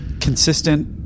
consistent